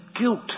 Guilt